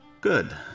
good